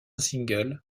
single